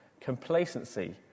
Complacency